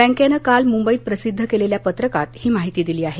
बॅकेनं काल मुंबईत प्रसिद्ध केलेल्या पत्रकात ही माहिती दिली आहे